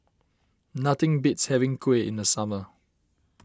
nothing beats having Kuih in the summer